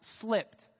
slipped